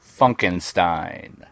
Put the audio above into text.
Funkenstein